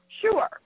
Sure